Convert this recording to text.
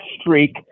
streak